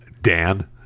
dan